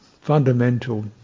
fundamental